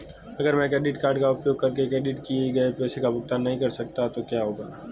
अगर मैं credit card का उपयोग करके क्रेडिट किए गए पैसे का भुगतान नहीं कर सकता तो क्या होगा?